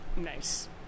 Nice